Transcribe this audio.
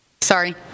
Sorry